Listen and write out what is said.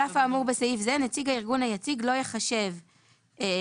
על אף האמור בסעיף זה נציג הארגון היציג לא ייחשב כמצוי